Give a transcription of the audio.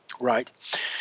Right